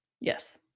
Yes